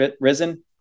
risen